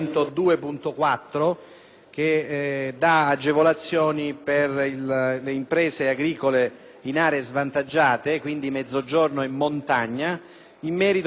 prevede agevolazioni per le imprese agricole in aree svantaggiate, quindi Mezzogiorno e montagna, in merito ai contributi previdenziali.